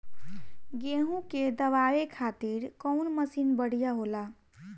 गेहूँ के दवावे खातिर कउन मशीन बढ़िया होला?